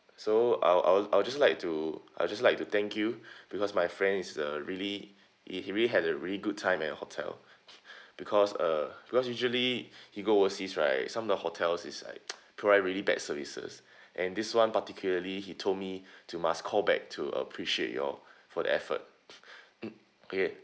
so I'll I'll I would just like to I just like to thank you because my friend is the really he he really had a really good time at your hotel because uh because usually he go overseas right some of the hotels is like bad services and this [one] particularly he told me to must call back to appreciate you all for the effort mm okay